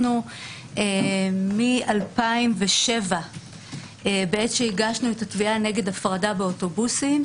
אנו מ-2007 עת הגשנו את התביעה נגד הפרדה באוטובוסים,